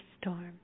storm